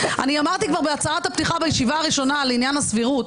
אמרתי כבר בהצהרת הפתיחה בישיבה הראשונה לעניין הסבירות,